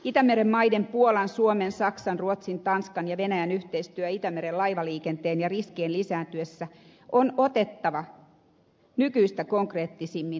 itämerenmaiden puolan suomen saksan ruotsin tanskan ja venäjän yhteistyö itämeren laivaliikenteen ja riskien lisääntyessä on otettava nykyistä konkreettisemmin haltuun